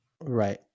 Right